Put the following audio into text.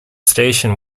station